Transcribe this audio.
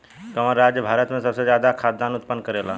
कवन राज्य भारत में सबसे ज्यादा खाद्यान उत्पन्न करेला?